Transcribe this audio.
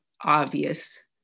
obvious